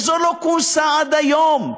וזו לא כונסה עד היום.